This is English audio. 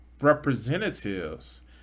representatives